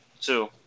Two